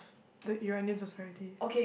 the Iranian society